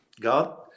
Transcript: God